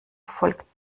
folgt